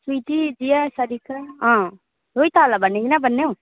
sweetie Diya Sarita अँ रोहिताहरूलाई भन्ने कि नभन्ने हौ